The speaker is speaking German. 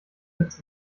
sitz